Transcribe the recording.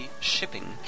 shipping